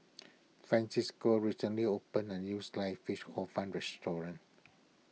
Francisco recently opened a new Sliced Fish Hor Fun restaurant